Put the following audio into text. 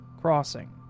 crossing